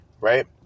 right